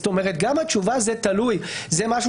זאת אומרת שגם התשובה "זה תלוי" זה משהו